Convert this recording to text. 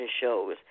shows